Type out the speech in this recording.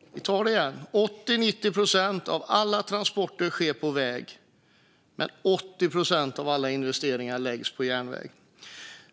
Låt mig ta det igen: 80-90 procent av alla transporter sker på väg, men 80 procent av alla investeringar läggs på järnväg.